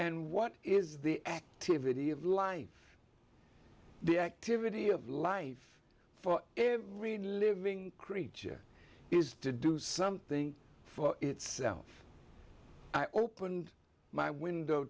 and what is the activity of life the activity of life for every living creature is to do something for itself i opened my window